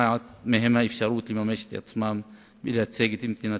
אפעל לקדם את התיעוש במגזר הדרוזי על מנת